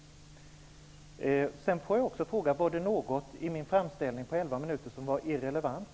Jag vill fråga om det var något i min framställning på 11 minuter som var irrelevant?